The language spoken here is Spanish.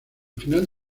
final